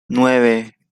nueve